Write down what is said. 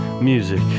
music